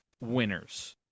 winners